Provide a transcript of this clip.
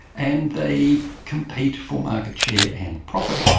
and they compete for market share and profit,